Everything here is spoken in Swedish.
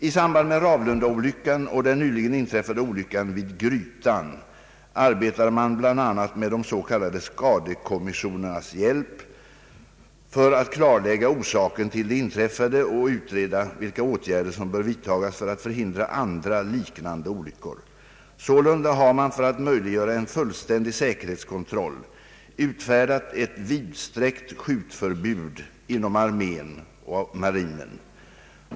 I samband med Ravlundaolyckan och den nyligen inträffade olyckan vid Grytan arbetar man bl.a. med de s.k. skadekommissionernas hjälp för att klarlägga orsaken till det inträffade och utreda vilka åtgärder som bör vidtagas för att förhindra andra liknande olyckor. Sålunda har man för att möjliggöra en fullständig säkerhetskontroll utfärdat ett vidsträckt skjutförbud inom armén och marinen.